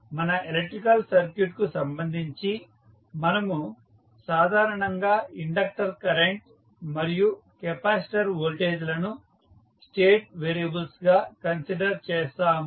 మన ఎలక్ట్రికల్ సర్క్యూట్కు సంబంధించి మనము సాధారణంగా ఇండక్టర్ కరెంట్ మరియు కెపాసిటర్ వోల్టేజ్లను స్టేట్ వేరియబుల్స్ గా కన్సిడర్ చేస్తాము